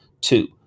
Two